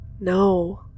No